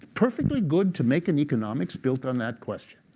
perfectly good to make an economics built on that question.